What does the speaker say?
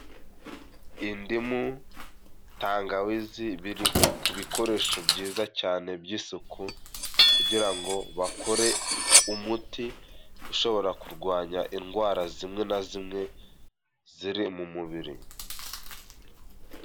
Indimu, tangawizi biri ku bikoresho byiza cyane by'isuku kugira ngo bakore umuti ushobora kurwanya indwara zimwe na zimwe ziri mu mubiri.